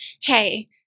hey